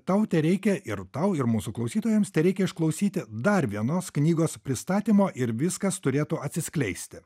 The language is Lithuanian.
tau tereikia ir tau ir mūsų klausytojams tereikia išklausyti dar vienos knygos pristatymo ir viskas turėtų atsiskleisti